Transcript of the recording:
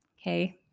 okay